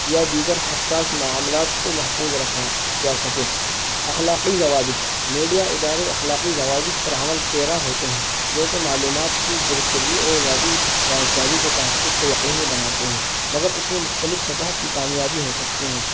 یا دیگر حساس معاملات کو محفوظ رکھا جا سکے اخلاقی ضوابط میڈیا ادارے اخلاقی ضوابط پر عمل پیرا ہوتے ہیں جوکہ معلومات کی درستگی اور ذاتی رازداری کے تحفظ کو یقینی بناتے ہیں مگر اس میں مختلف سطح کی کامیابی ہو سکتی ہیں